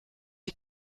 die